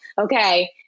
okay